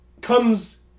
comes